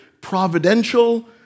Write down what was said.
providential